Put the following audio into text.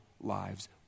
lives